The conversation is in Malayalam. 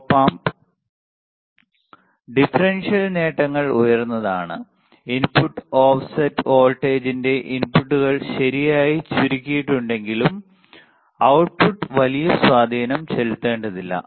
ഒപ് ആം ഡിഫറൻഷ്യൽ നേട്ടങ്ങൾ ഉയർന്നതാണ് ഇൻപുട്ട് ഓഫ്സെറ്റ് വോൾട്ടേജിന്റെ ഇൻപുട്ടുകൾ ശരിയായി ചുരുക്കിയിട്ടുണ്ടെങ്കിലും output വലിയ സ്വാധീനം ചെലുത്തേണ്ടതില്ല